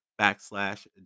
backslash